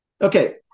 Okay